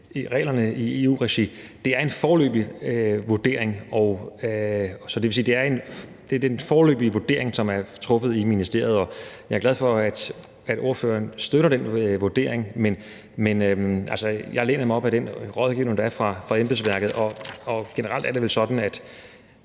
reglerne i EU-regi. Det er en foreløbig vurdering, så det vil sige, at der er den foreløbige vurdering, som er truffet i ministeriet, og jeg er glad for, at ordføreren støtter den vurdering. Men jeg læner mig op ad den rådgivning, der er fra embedsværket. Generelt er det vel sådan,